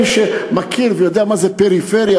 מי שמכיר ויודע מה זה פריפריה,